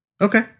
Okay